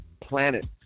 planet